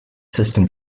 system